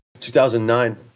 2009